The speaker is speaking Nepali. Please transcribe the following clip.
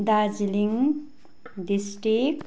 दार्जिलिङ डिस्ट्रिक्ट